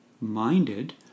minded